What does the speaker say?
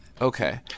okay